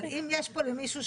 והארגוניות.